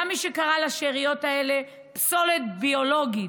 היה מי שקרא לשאריות האלה "פסולת ביולוגית"